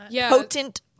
Potent